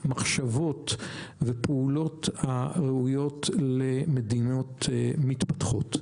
מחשבות ופעולות הראויות למדינות מתפתחות.